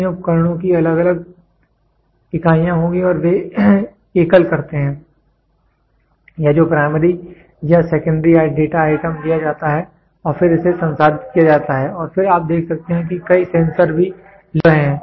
इन उपकरणों की अलग अलग इकाइयाँ होंगी और वे एकल करते हैं या जो प्राइमरी या सेकेंड्री डाटा आइटम लिया जाता है और फिर इसे संसाधित किया जाता है और फिर आप देख सकते हैं कि कई सेंसर भी लिंक हो रहे हैं